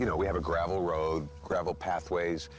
you know we have a gravel road, gravel pathways,